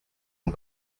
and